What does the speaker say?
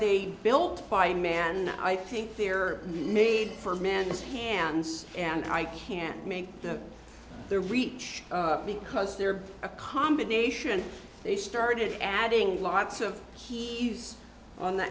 they built by man i think they're made for man's hands and i can't make the reach because they're a combination they started adding lots of keys on the